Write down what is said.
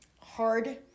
hard